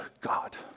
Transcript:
God